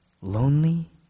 lonely